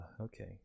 Okay